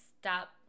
stop